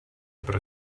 pro